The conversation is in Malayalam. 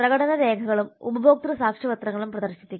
പ്രകടന രേഖകളും ഉപഭോക്തൃ സാക്ഷ്യപത്രങ്ങളും പ്രദർശിപ്പിക്കണം